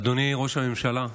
אדוני ראש הממשלה,